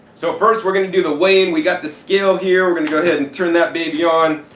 so first we're going to do the weigh-in. we've got the scale here, we're going to go ahead and turn that baby on.